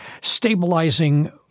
stabilizing